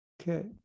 Okay